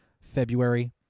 February